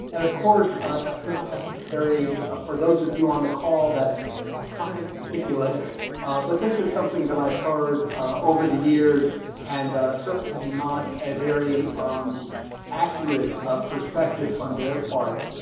and of course that's not necessary ah for those of you on the call. that's kind of of ridiculous but this is something that i've heard over the years and certainly not a very um accurate perspective on their part